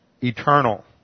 eternal